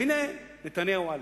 והנה נתניהו א'.